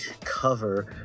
cover